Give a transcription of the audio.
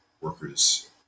workers